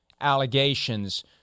allegations